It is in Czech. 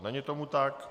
Není tomu tak.